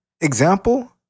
example